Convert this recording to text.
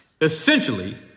Essentially